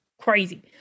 Crazy